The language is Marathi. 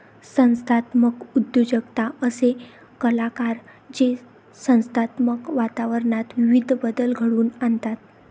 संस्थात्मक उद्योजकता असे कलाकार जे संस्थात्मक वातावरणात विविध बदल घडवून आणतात